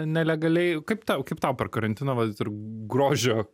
nelegaliai kaip tau kaip tau per karantiną vat ir grožio